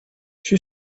she